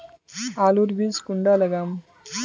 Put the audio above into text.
आलूर बीज कुंडा लगाम?